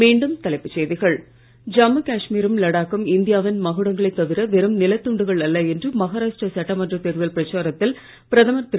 மீண்டும் தலைப்புச் செய்திகள் ஜம்மூ காஷ்மீரும் லடாக்கும் இந்தியாவின் மகுடங்களே தவிர வெறும் நிலத் துண்டுகள் அல்ல என்று மகாராஷ்ட்ர சட்டமன்ற தேர்தல் பிரச்சாரத்தில் பிரதமர் திரு